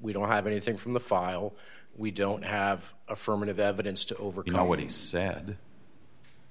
we don't have anything from the file we don't have affirmative evidence to overcome what he said